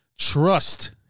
trust